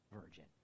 virgin